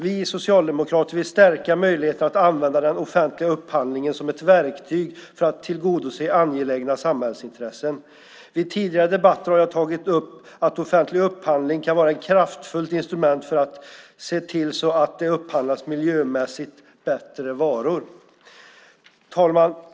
Vi socialdemokrater vill stärka möjligheten att använda den offentliga upphandlingen som ett verktyg för att tillgodose angelägna samhällsintressen. Vid tidigare debatter har jag tagit upp att offentlig upphandling kan vara ett kraftfullt instrument för att se till att det upphandlas miljömässigt bättre varor. Herr talman!